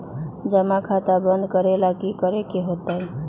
जमा खाता बंद करे ला की करे के होएत?